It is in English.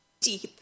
deep